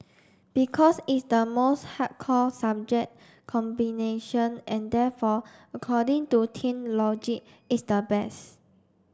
because it's the most hardcore subject combination and therefore according to teen logic it's the best